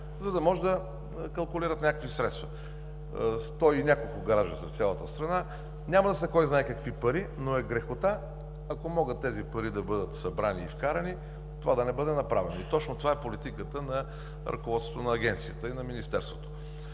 за да може да калкулират някакви средства. Сто и няколко гаража са в цялата страна. Няма да са кой знае какви пари, но е грехота, ако могат тези пари да бъдат събрани и вкарани, това да не бъде направено. Точно това е политиката на ръководството на Агенцията и на Министерството.